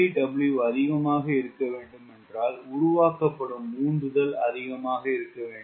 TW அதிகமாக இருக்க வேண்டுமென்றால் உருவாக்கப்படும் உந்துதல் அதிகமாக இருக்கவேண்டும்